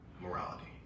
morality